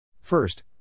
First